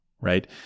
right